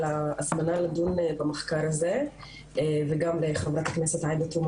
על ההזמנה לדיון במחקר הזה וגם לחברת הכנסת עאידה תומא